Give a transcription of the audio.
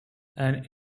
and